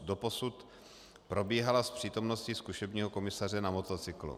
Doposud probíhala s přítomností zkušebního komisaře na motocyklu.